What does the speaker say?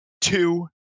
two